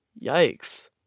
yikes